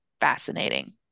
fascinating